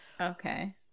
Okay